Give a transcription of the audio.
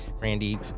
Randy